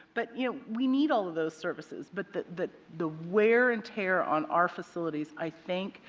but you know we need all of those services. but the the wear and tear on our facilities, i think,